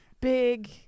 big